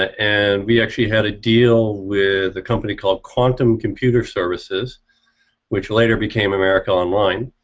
and we actually had a deal with the company called quantum computer services which later became america online.